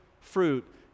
fruit